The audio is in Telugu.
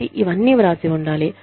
కాబట్టి ఇవన్నీ వ్రాసి ఉండాలి